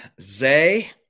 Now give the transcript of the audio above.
Zay